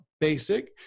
basic